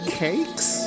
cakes